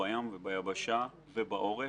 בים וביבשה ובעורף.